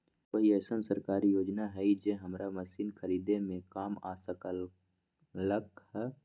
कोइ अईसन सरकारी योजना हई जे हमरा मशीन खरीदे में काम आ सकलक ह?